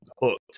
hooked